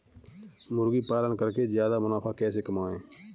मुर्गी पालन करके ज्यादा मुनाफा कैसे कमाएँ?